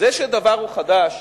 זה שדבר הוא חדש